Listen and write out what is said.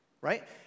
right